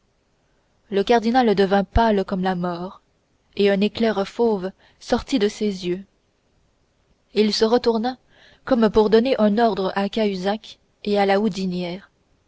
le cardinal devint pâle comme la mort un éclair fauve sortit de ses yeux il se retourna comme pour donner un ordre à cahusac et à la